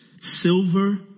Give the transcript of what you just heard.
silver